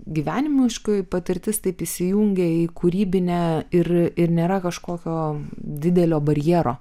gyvenimiškoji patirtis taip įsijungė į kūrybinę ir ir nėra kažkokio didelio barjero